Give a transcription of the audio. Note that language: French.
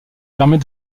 permet